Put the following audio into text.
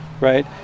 right